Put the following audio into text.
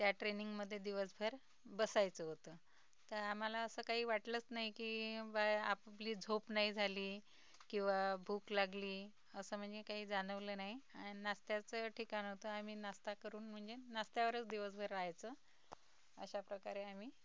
त्या ट्रेनिंगमध्ये दिवसभर बसायचं होतं तर आम्हाला असं काही वाटलंच नाही की बा आपली झोप नाही झाली किंवा भूक लागली असं म्हणजे काही जाणवलं नाही अन नास्त्याचं ठिकाण होतं आम्ही नास्ता करून म्हणजे नास्त्यावरच दिवसभर राहायचं अशा प्रकारे आम्ही